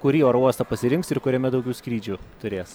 kurį oro uostą pasirinks ir kuriame daugiau skrydžių turės